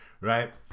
right